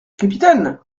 capitaine